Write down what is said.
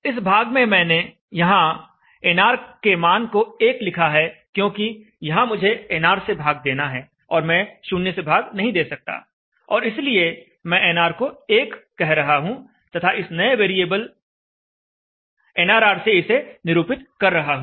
इस भाग में यहां nr के मान को मैंने 1 लिखा है क्योंकि यहां मुझे nr से भाग देना है और मैं 0 से भाग नहीं दे सकता और इसलिए मैं nr को 1 कह रहा हूं तथा इसे एक नए वेरिएबल nrr से निरूपित कर रहा हूं